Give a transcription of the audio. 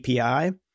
API